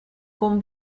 con